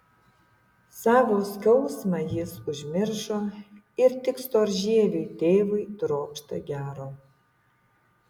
savo skausmą jis užmiršo ir tik storžieviui tėvui trokšta gero